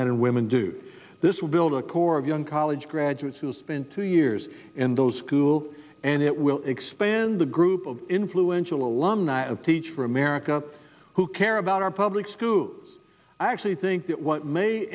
men and women do this will build a core of young college graduates who spent two years in those school and it will expand the group of influential alumni of teach for america who care about our public schools i actually think that what may